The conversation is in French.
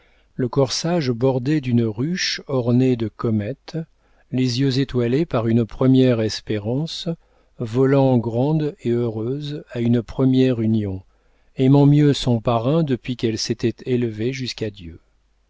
le corsage bordé d'une ruche ornée de comètes les yeux étoilés par une première espérance volant grande et heureuse à une première union aimant mieux son parrain depuis qu'elle s'était élevée jusqu'à dieu